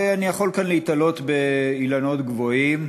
ואני יכול כאן להיתלות באילנות גבוהים.